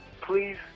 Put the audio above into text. please